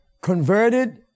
converted